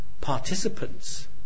participants